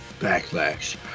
Backlash